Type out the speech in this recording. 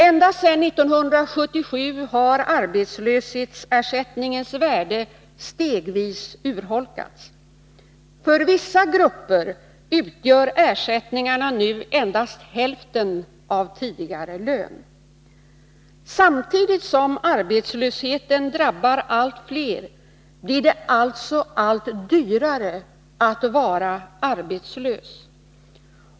Ända sedan 1977 har arbetslöshetsersättningens värde stegvis urholkats. För vissa grupper utgör ersättningarna nu endast hälften av tidigare lön. Samtidigt som arbetslösheten drabbar allt fler blir det alltså allt dyrare att vara arbetslös.